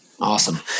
Awesome